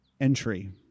Entry